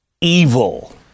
evil